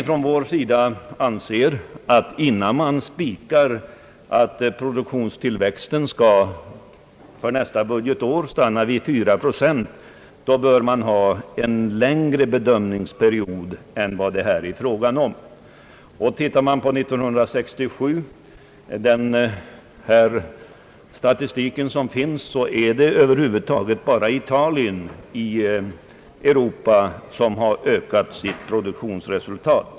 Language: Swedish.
Centern anser att man, innan man spikar att produktionstillväxten för nästa budgetår skall stanna vid 4 procent, bör ha en längre bedömningsperiod än vad det här är frågan om. Tittar man på statistiken från 1967 så finner man att det i Europa bara är Italien som ökat sitt produktionsresultat.